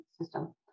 system